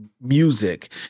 music